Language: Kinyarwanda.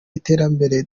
iterambere